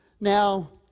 Now